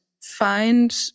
find